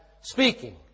speaking